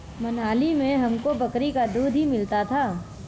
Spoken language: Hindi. मनाली में हमको बकरी का दूध ही मिलता था